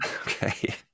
okay